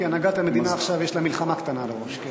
כי הנהגת המדינה עכשיו יש לה מלחמה קטנה על הראש.